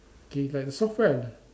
K like the software